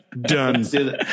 Done